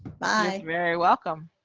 bye. very welcome.